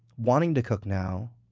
want to cook now,